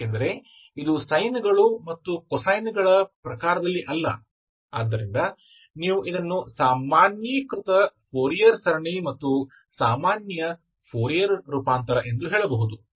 ಏಕೆಂದರೆ ಇದು ಸೈನ್ಗಳು ಮತ್ತು ಕೊಸೈನ್ಗಳ ಪ್ರಕಾರದಲ್ಲಿ ಅಲ್ಲ ಆದ್ದರಿಂದ ನೀವು ಇದನ್ನು ಸಾಮಾನ್ಯೀಕೃತ ಫೋರಿಯರ್ ಸರಣಿ ಮತ್ತು ಸಾಮಾನ್ಯ ಫೋರಿಯರ್ ರೂಪಾಂತರ ಎಂದು ಹೇಳಬಹುದು